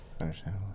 understand